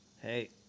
hey